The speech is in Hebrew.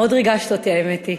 מאוד ריגשת אותי, האמת היא.